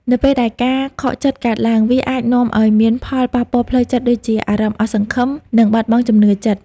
នៅពេលដែលការខកចិត្តកើតឡើង វាអាចនាំឲ្យមានផលប៉ះពាល់ផ្លូវចិត្តដូចជា អារម្មណ៍អស់សង្ឃឹម និងបាត់បង់ជំនឿចិត្ត។